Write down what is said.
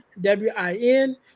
W-I-N